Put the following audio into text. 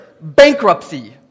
bankruptcy